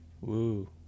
Woo